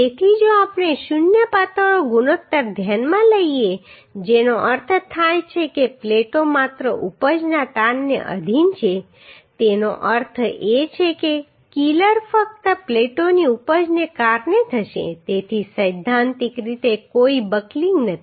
તેથી જો આપણે શૂન્ય પાતળો ગુણોત્તર ધ્યાનમાં લઈએ જેનો અર્થ થાય છે કે પ્લેટો માત્ર ઉપજના તાણને આધિન હશે તેનો અર્થ એ છે કે ફિલર ફક્ત પ્લેટોની ઉપજને કારણે થશે તેથી સૈદ્ધાંતિક રીતે કોઈ બકલિંગ નથી